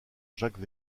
jacques